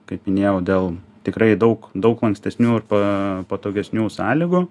kaip minėjau dėl tikrai daug daug lankstesnių ir pa patogesnių sąlygų